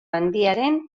handiaren